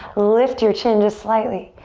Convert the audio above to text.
lift your chin just slightly.